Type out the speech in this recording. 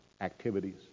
activities